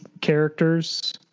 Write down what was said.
characters